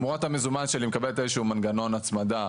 תמורת המזומן שאני מקבל מנגנון הצמדה